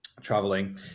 traveling